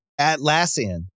Atlassian